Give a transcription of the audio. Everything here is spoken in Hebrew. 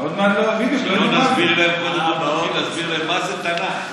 שלא נסביר להם מה זה תנ"ך,